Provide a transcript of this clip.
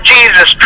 Jesus